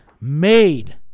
Made